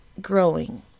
growing